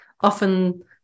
often